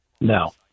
No